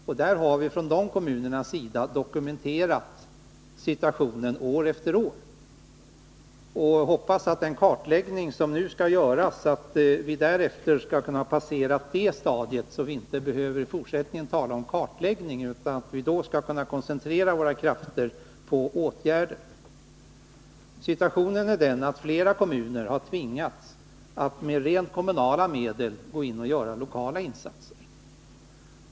Vi har från de kommunernas sida dokumenterat situationen år efter år. Jag hoppas att vi efter den kartläggning som nu skall göras skall kunna passera det stadiet, så att vi i fortsättningen inte behöver tala om kartläggning utan då skall kunna koncentrera våra krafter på åtgärder. Situationen är den att flera kommuner har tvingats att med rent kommunala medel gå in och göra lokala insatser.